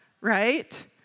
right